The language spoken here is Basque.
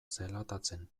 zelatatzen